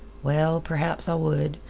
well, perhaps i would,